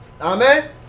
Amen